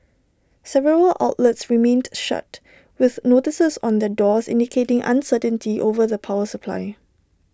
several outlets remained shut with notices on their doors indicating uncertainty over the power supply